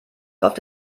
läuft